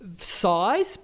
Size